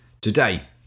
today